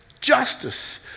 Justice